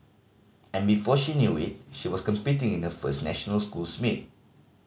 and before she knew it she was competing in her first national schools meet